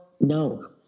no